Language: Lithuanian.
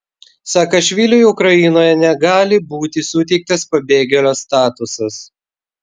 saakašviliui ukrainoje negali būti suteiktas pabėgėlio statusas